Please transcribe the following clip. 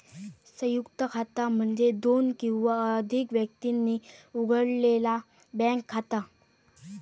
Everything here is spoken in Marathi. संयुक्त खाता म्हणजे दोन किंवा अधिक व्यक्तींनी उघडलेला बँक खाता